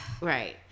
Right